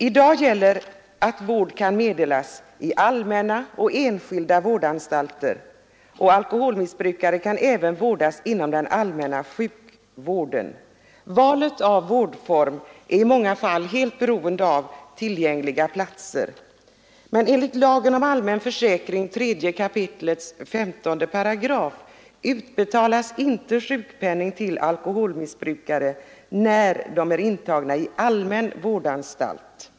I dag gäller att vård kan meddelas i allmänna och enskilda vårdanstalter, och alkoholmissbrukare kan även vårdas inom den allmänna sjukvården. Valet av vårdform är i många fall helt beroende av tillgängliga platser. Enligt lagen om allmän försäkring 3 kap. 15§ utbetalas inte sjukpenning till alkoholmissbrukare när de är intagna i allmän vårdanstalt.